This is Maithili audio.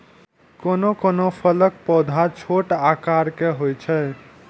कोनो कोनो फलक पौधा छोट आकार के होइ छै